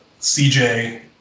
CJ